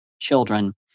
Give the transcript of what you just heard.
children